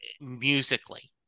musically